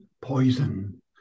poison